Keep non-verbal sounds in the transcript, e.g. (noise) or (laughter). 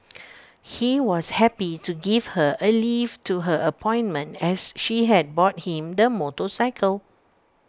(noise) he was happy to give her A lift to her appointment as she had bought him the motorcycle